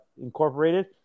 incorporated